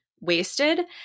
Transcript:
wasted